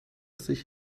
sich